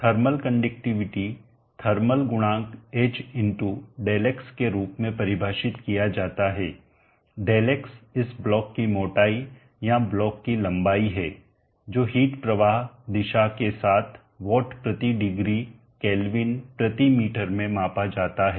thermal conductivity thermal गुणांक h Δx के रूप में परिभाषित किया जाता है Δx इस ब्लॉक की मोटाई या ब्लॉक की लंबाई है जो हिट प्रवाह दिशा के साथ वाट प्रति डिग्री केल्विन प्रति मीटर में मापा जाता है